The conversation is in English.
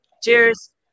cheers